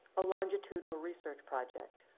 a longitudinal research project.